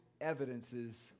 evidences